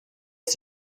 ist